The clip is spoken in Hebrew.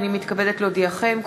הנני מתכבדת להודיעכם,